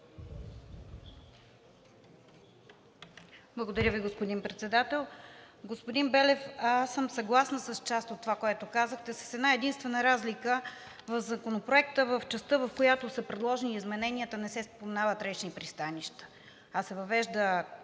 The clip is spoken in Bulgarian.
Благодаря Ви, господин Председател. Господин Белев, аз съм съгласна с част от това, което казахте, с една единствена разлика. В Законопроекта в частта, в която са предложени измененията, не се споменават речни пристанища, а се въвежда